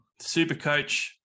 Supercoach